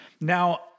now